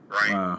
right